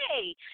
hey